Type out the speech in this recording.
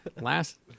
last